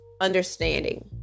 understanding